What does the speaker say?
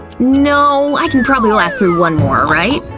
no! i can probably last through one more, right?